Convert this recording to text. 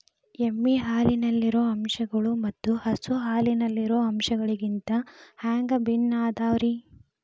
ಎಮ್ಮೆ ಹಾಲಿನಲ್ಲಿರೋ ಅಂಶಗಳು ಮತ್ತ ಹಸು ಹಾಲಿನಲ್ಲಿರೋ ಅಂಶಗಳಿಗಿಂತ ಹ್ಯಾಂಗ ಭಿನ್ನ ಅದಾವ್ರಿ?